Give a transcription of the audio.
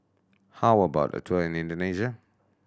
how about a tour in Indonesia